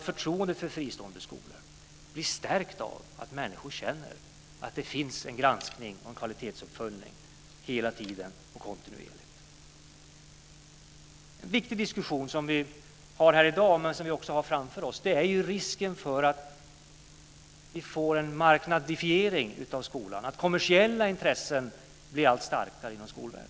Förtroendet för fristående skolor blir stärkt av att människor känner att det finns en kontinuerlig granskning och kvalitetsuppföljning. En viktig diskussion vi för i dag men som vi också har framför oss är risken för att vi får en "marknadifiering" av skolan, att kommersiella intressen blir allt starkare inom skolvärlden.